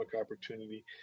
opportunity